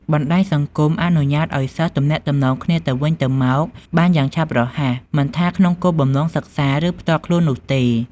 បណ្ដាញសង្គមអនុញ្ញាតឱ្យសិស្សទំនាក់ទំនងគ្នាទៅវិញទៅមកបានយ៉ាងឆាប់រហ័ស មិនថាក្នុងគោលបំណងសិក្សា ឬផ្ទាល់ខ្លួននោះទេ។